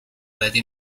بدی